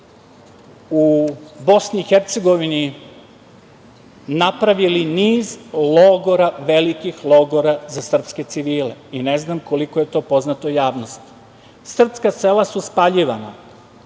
u BiH napravili niz velikih logora za srpske civile. Ne znam koliko je to poznato javnosti. Srpska sela su spaljivana,